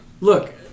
look